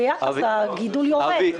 ביחד הגידול יורד.